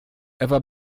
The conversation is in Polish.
ewa